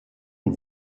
und